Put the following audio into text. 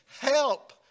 Help